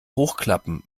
hochklappen